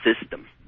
system